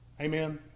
Amen